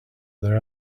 their